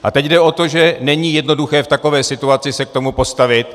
A teď jde o to, že není jednoduché v takové situaci se k tomu postavit.